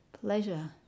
pleasure